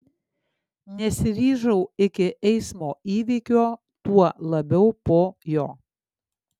nesiryžau iki eismo įvykio tuo labiau po jo